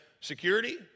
security